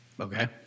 Okay